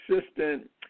assistant